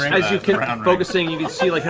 as you keep focusing, you can see like